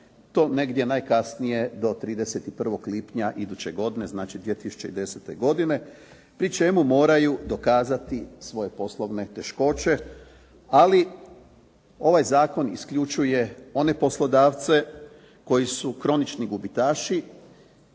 to negdje najkasnije do 31. lipnja iduće godine, znači 2010. godine, pri čemu moraju dokazati svoje poslovne teškoće, ali ovaj zakon isključuje one poslodavce koji su kronični gubitaši